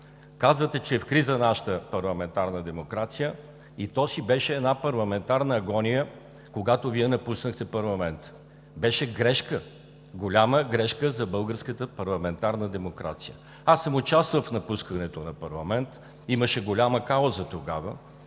казвате, че е в криза нашата парламентарна демокрация. И то си беше една парламентарна агония, когато Вие напуснахте парламента. Беше грешка, голяма грешка за българската парламентарна демокрация. Аз съм участвал в напускането на парламент – имаше голяма кауза тогава